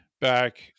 back